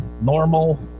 normal